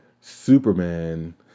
Superman